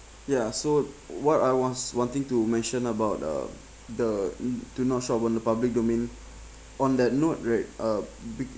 ya so what I was wanting to mention about the the to not show on the public domain on that note right uh bi~